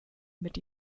mit